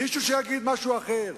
מישהו שיגיד משהו אחר,